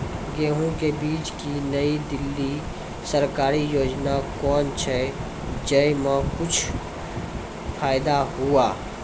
गेहूँ के बीज की नई दिल्ली सरकारी योजना कोन छ जय मां कुछ फायदा हुआ?